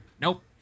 Nope